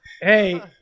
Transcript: Hey